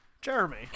Jeremy